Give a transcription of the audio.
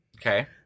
Okay